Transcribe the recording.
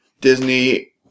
Disney